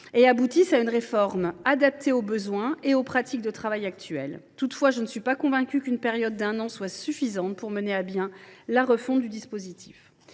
et aboutissent à une réforme adaptée aux besoins et aux pratiques actuelles de travail. Toutefois, je ne suis pas convaincue qu’une période d’un an soit suffisante pour mener à bien la refonte du dispositif.